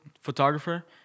photographer